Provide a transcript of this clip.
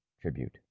tribute